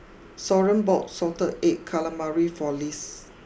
Soren bought Salted Egg Calamari for Lisle